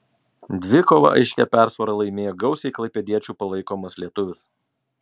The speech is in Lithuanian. dvikovą aiškia persvara laimėjo gausiai klaipėdiečių palaikomas lietuvis